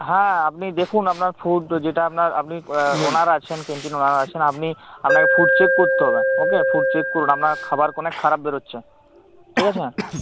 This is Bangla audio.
হ্যাঁ আপনি দেখুন আপনার ফুড যেটা আপনার আপনি ওনার আছেন ক্যান্টিন ওনার আছেন আপনি আপনাকে ফুড চেক করতে হবে ওকে ফুড চেক করুন আপনার খাবার অনেক খারাপ বেরোচ্ছে ঠিক আছে